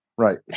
Right